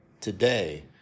today